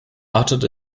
uttered